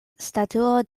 statuo